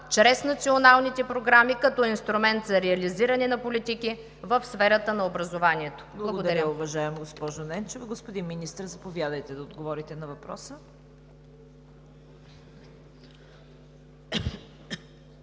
чрез националните програми като инструмент за реализиране на политики в сферата на образованието? Благодаря.